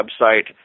website